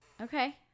okay